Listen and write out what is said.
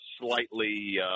slightly